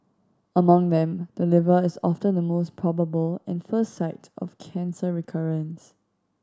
among them the liver is often the most probable and first site of cancer recurrence